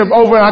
over